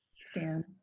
Stan